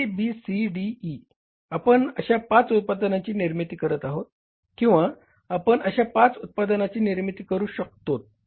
A B C D E आपण अशा 5 उत्पादनाची निर्मिती करत आहोत किंवा आपण अशा 5 उत्पादनाची निर्मिती करू शकतोत